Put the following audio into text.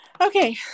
Okay